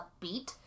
upbeat